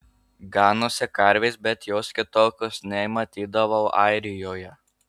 ganosi karvės bet jos kitokios nei matydavau airijoje